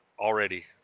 already